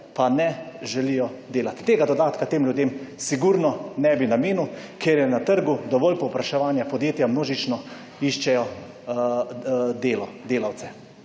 pa ne želijo delat. Tega dodatka tem ljudem sigurno ne bi namenil, ker je na trgu dovolj povpraševanja, podjetja množično iščejo delo, delavce,